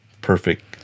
perfect